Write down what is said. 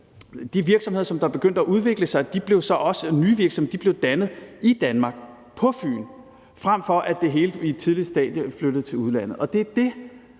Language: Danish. de virksomheder, der begyndte at udvikle sig, også nye virksomheder, blev dannet i Danmark, på Fyn – frem for at det hele på et tidligt stadie flyttede til udlandet. Det er det,